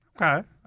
Okay